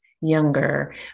younger